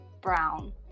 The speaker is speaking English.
brown